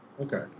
Okay